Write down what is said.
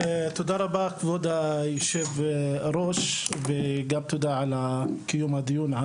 תודה רבה כבוד היושב-ראש וגם תודה על קיום הדיון.